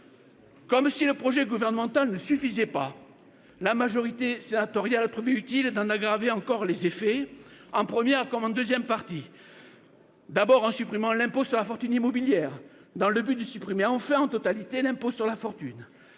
Comme si le projet gouvernemental ne suffisait pas, la majorité sénatoriale a trouvé utile d'en aggraver encore les effets, en première comme en seconde partie. D'abord, en supprimant l'impôt sur la fortune immobilière, dans le but de supprimer enfin en totalité l'impôt sur la fortune